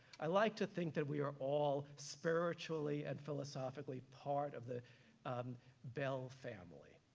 i like to think that we are all spiritually and philosophically part of the bell family.